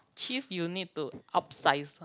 cheese you need to upsize